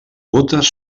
bótes